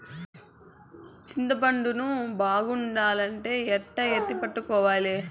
చింతపండు ను బాగుండాలంటే ఎట్లా ఎత్తిపెట్టుకోవాలి?